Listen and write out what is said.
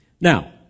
Now